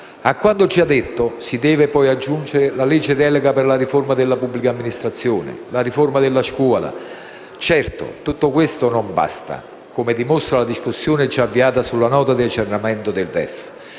A quanto già detto si deve poi aggiungere la legge delega per la riforma della pubblica amministrazione e la riforma della scuola. Certo, tutto questo non basta, come dimostra la discussione già avviata sulla Nota di aggiornamento del DEF;